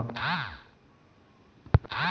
ಶೇಂಗಾ ಬಿತ್ತನೆಗೆ ಯಾವ ರಸಗೊಬ್ಬರವನ್ನು ಹಾಕುವುದು ಉತ್ತಮ?